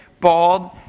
bald